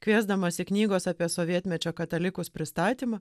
kviesdamas į knygos apie sovietmečio katalikus pristatymą